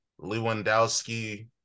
Lewandowski